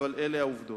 אבל אלה העובדות.